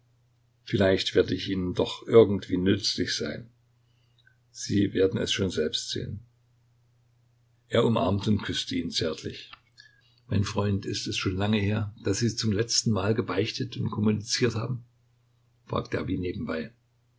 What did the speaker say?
vielleicht werde ich ihnen doch irgendwie nützlich sein sie werden es schon selbst sehen er umarmte und küßte ihn zärtlich mein freund ist es schon lange her daß sie zum letzten mal gebeichtet und kommuniziert haben fragte er wie nebenbei